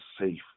safe